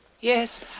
Yes